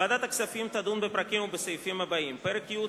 ועדת הכספים תדון בפרקים ובסעיפים הבאים: פרק י',